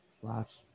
slash